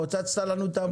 פוצצת לנו את המוח.